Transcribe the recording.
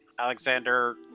Alexander